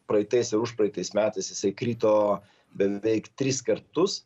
praeitais ir užpraeitais metais jisai krito beveik tris kartus